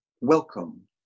welcome